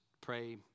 pray